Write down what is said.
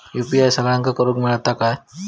UPI सगळ्यांना करुक मेलता काय?